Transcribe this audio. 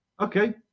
Okay